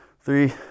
Three